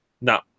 no